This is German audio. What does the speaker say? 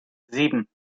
sieben